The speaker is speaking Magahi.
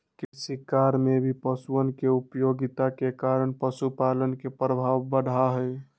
कृषिकार्य में भी पशुअन के उपयोगिता के कारण पशुपालन के प्रभाव बढ़ा हई